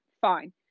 Fine